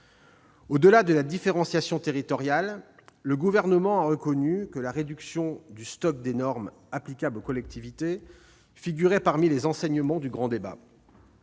Au-delà de la différenciation territoriale, le Gouvernement a reconnu que la réduction du stock des normes applicables aux collectivités figurait parmi les enseignements du grand débat.